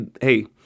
hey